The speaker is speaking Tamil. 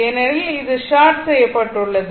ஏனெனில் இது ஷார்ட் செய்யப்பட்டுள்ளது